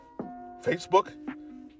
Facebook